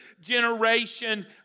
generation